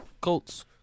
Colts